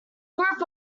group